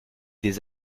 des